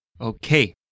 Okay